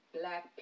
black